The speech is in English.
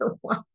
one